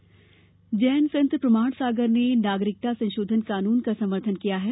जैनमुनि CAA Jain संत प्रमाण सागर ने नागरिकता संशोधन कानून का समर्थन किया है